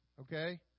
okay